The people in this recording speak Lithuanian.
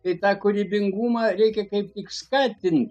tai tą kūrybingumą reikia kaip tik skatint